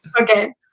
Okay